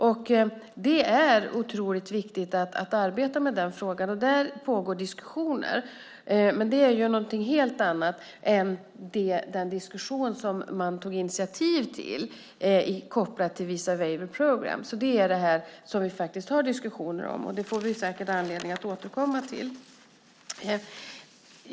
Och det är otroligt viktigt att arbeta med den frågan. Där pågår diskussioner, men det är något helt annat än den diskussion som man tog initiativ till kopplad till Visa Waiver Program. Det är alltså det här som vi faktiskt har diskussioner om, och det får vi säkert anledning att återkomma till.